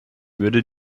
würde